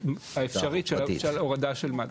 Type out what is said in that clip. למשמעות האפשרית של הורדה של משהו.